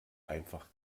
einfach